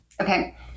Okay